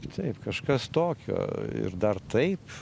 taip kažkas tokio ir dar taip